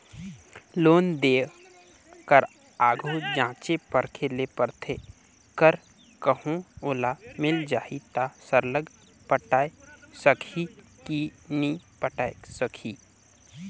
loan देय कर आघु जांचे परखे ले परथे कर कहों ओला मिल जाही ता सरलग पटाए सकही कि नी पटाए सकही